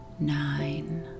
nine